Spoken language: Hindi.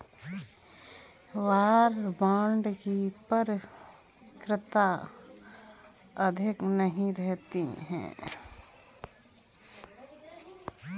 वॉर बांड की परिपक्वता अवधि नहीं रहती है